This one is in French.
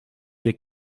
des